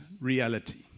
reality